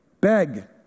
Beg